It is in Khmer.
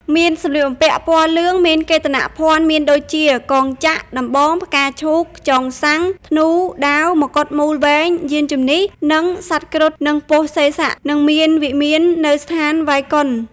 មានសម្លៀកបំពាក់ពណ៌លឿង មានកេតនភណ្ឌមានដូចជា កងចក្រ ,ដំបង ,ផ្កាឈូក ,ខ្យងស័ង្ខ ,ធ្នូ ,ដាវ ,ម្កុដមូលវែង យានជិនះ គឺសត្វគ្រុឌ និងពស់សេសៈ និងមានវិមាននៅស្ថានវៃកុណ្ឋ។